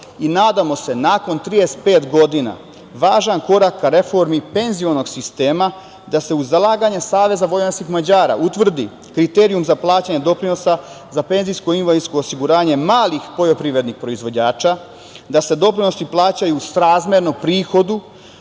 i nadamo se nakon 35 godina, važan korak ka reformi penzionog sistema, da se uz zalaganje SVM, utvrdi kriterijum za plaćanje doprinosa, za penzijsko i invalidsko osiguranje, malih poljoprivrednih proizvođača, da se doprinosi plaćaju srazmerno prihodu,